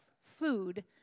food